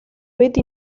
betty